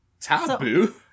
taboo